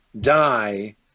die